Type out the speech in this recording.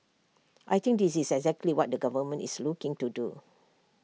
I think this is exactly what the government is looking to do